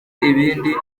ibindi